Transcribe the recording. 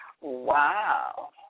Wow